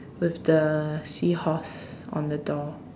with the seahorse on the door